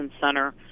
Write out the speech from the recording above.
center